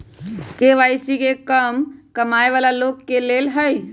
KYC का कम कमाये वाला लोग के लेल है?